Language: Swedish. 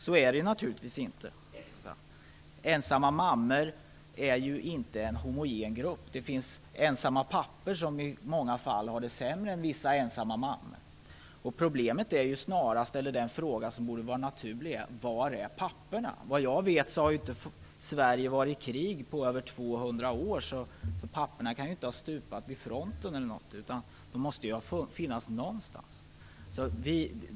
Så är det naturligtvis inte. Ensamma mammor är inte en homogen grupp - det finns ensamma pappor som i många fall har det sämre än vissa ensamma mammor. Problemet är snarast var papporna är. Det är den fråga som det vore naturligt att ställa sig. Vad jag vet har inte Sverige befunnit sig i krig på över 200 år, så papporna kan alltså inte ha stupat vid fronten. De måste finnas någonstans.